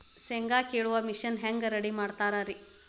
ಶೇಂಗಾ ಕೇಳುವ ಮಿಷನ್ ಹೆಂಗ್ ರೆಡಿ ಮಾಡತಾರ ರಿ?